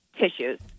tissues